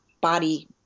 body